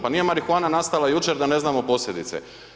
Pa nije marihuana nastala jučer da ne znamo posljedice.